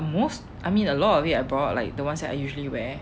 but most I mean a lot of it I brought like the ones that I usually wear